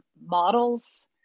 models